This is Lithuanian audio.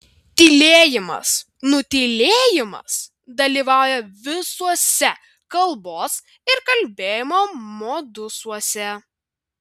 tylėjimas nutylėjimas dalyvauja visuose kalbos ir kalbėjimo modusuose